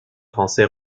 français